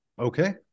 Okay